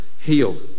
heal